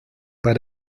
bei